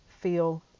feel